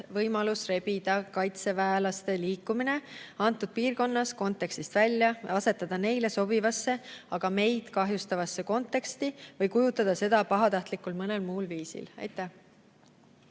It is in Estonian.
võimalus rebida kaitseväelaste liikumine selles piirkonnas kontekstist välja ja asetada neile sobivasse, aga meid kahjustavasse konteksti või kujutada seda pahatahtlikult mõnel muul viisil. Näe,